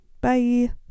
bye